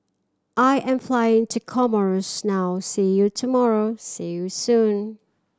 I am flying to Comoros now see you tomorrow see you soon